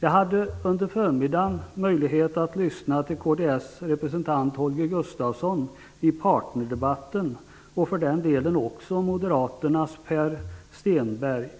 Jag hade under förmiddagen möjlighet att lyssna till kds representant Holger Gustafsson i partnerskapsdebatten, och för den delen också till Moderaternas Per Stenmarck.